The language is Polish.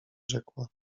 rzekła